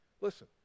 Listen